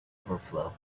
overflow